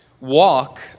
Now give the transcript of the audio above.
walk